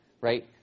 right